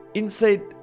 inside